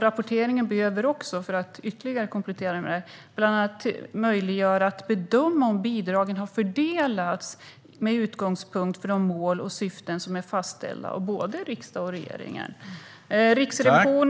Rapporteringen behöver också - för att komplettera ytterligare - bland annat möjliggöra bedömning av om bidragen har fördelats med utgångspunkt i de mål och syften som är fastställda av både riksdagen och regeringen.